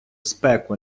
спеку